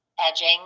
edging